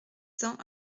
cents